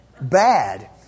bad